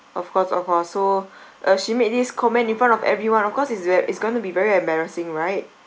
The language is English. of course of course so uh she made this comment in front of everyone of course it's ve~ it's going to be very embarrassing right